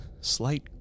slight